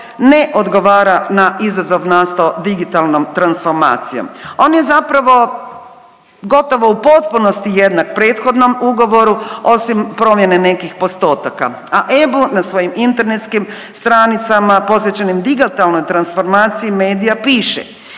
ne odgovara na izazov nastao digitalnom transformacijom. On je zapravo gotovo u potpunosti jednak prethodnom ugovoru osim promjene nekih postotaka, a EBU na svojim internetskim stranicama posvećenim digitalnoj transformaciji medija piše: